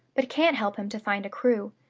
but can't help him to find a crew.